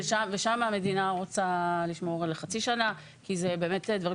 ושם המדינה רוצה לשמור לחצי שנה כי אלה דברים